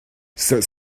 c’est